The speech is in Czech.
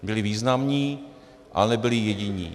Byli významní, ale nebyli jediní.